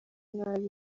nabi